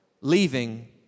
leaving